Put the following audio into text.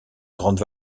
grande